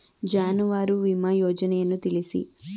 ಜಾನುವಾರು ವಿಮಾ ಯೋಜನೆಯನ್ನು ತಿಳಿಸಿ?